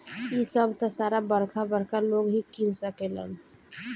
इ सभ त सारा बरका बरका लोग ही किन सकेलन